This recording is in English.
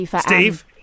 Steve